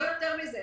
לא יותר מזה.